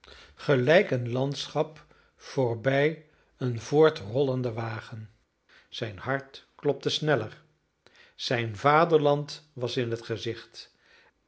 gelijk een landschap voorbij een voortrollende wagen zijn hart klopte sneller zijn vaderland was in het gezicht en